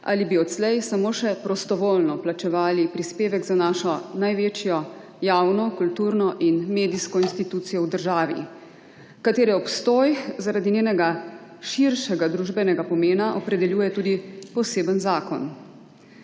ali bi odslej samo še prostovoljno plačevali prispevek za našo največjo javno, kulturno in medijsko institucijo v državi, katere obstoj zaradi njenega širšega družbenega pomena opredeljuje tudi poseben zakon.